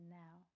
now